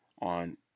on